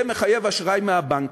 זה מחייב אשראי מהבנקים.